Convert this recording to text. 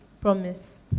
promise